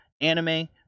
anime